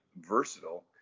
versatile